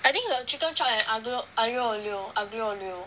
I think the chicken chop and aglio aglio olio aglio olio